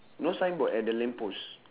no signboard at the lamp post